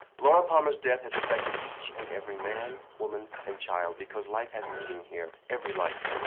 laura palmer's death has affected each and every man, woman, and child, because life has meaning here every life.